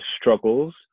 struggles